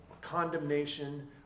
condemnation